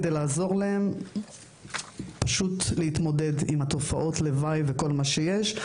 כדי לעזור להם להתמודד עם תופעות הלוואי ועם כל מה שיש.